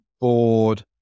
bored